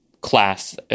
class